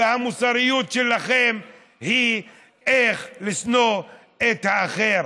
והמוסריות שלכם היא איך לשנוא את האחר,